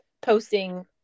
posting